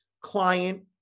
client